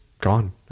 gone